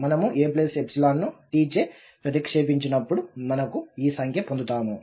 మనము a ను t చే ప్రతిక్షేపించినప్పుడు మనకు ఈ సంఖ్యను పొందుతాము